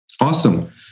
Awesome